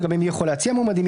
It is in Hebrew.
לגבי מי שיכול להציע מועמדים,